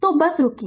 तो बस रुकिए